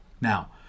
Now